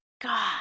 God